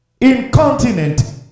incontinent